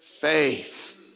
faith